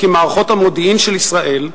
כי מערכות המודיעין של ישראל,